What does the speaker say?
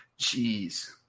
Jeez